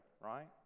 right